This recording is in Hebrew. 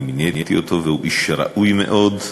אני מיניתי אותו והוא איש ראוי מאוד.